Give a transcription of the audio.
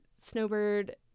Snowbird